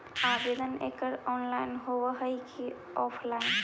आवेदन एकड़ ऑनलाइन होव हइ की ऑफलाइन?